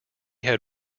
had